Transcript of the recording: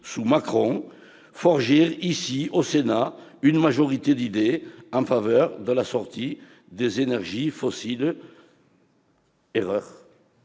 sous Macron, ici, au Sénat, une majorité d'idées en faveur de la sortie des énergies fossiles. C'était